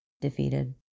defeated